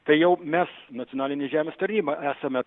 tai jau mes nacionalinė žemės taryba esame